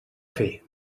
fer